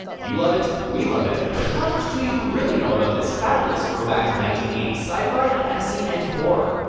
you love it. we love it. but how much do you really know about this fabulous throwback to nineteen eighty s sci fi, fantasy, and horror?